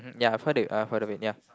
ya I've heard it I've heard of it ya